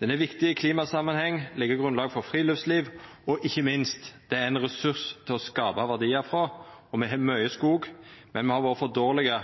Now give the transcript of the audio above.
han er viktig i klimasamanheng, legg grunnlag for friluftsliv og, ikkje minst, det er ein ressurs til å skapa verdiar frå. Me har mykje skog, men me har vore for dårlege